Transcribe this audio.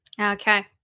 Okay